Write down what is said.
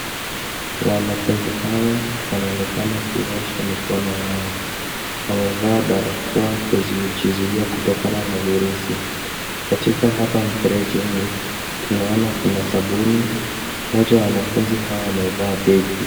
Wanafunzi hawa wanaonekana kuosha mikono yao. Wamevaa barakoa kujizuia kutokana na virusi. Katika hapa mferejini, tunaona kuna sabuni. Mmoja wa wanafunzi hawa amevaa begi .